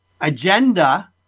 agenda